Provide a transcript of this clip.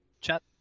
chat